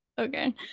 Okay